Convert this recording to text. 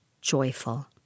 joyful